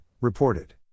reported